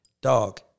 dog